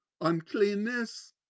uncleanness